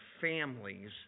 families